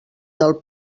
del